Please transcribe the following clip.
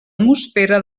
atmosfera